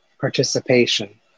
participation